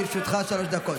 לרשותך שלוש דקות.